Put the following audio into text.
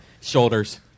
shoulders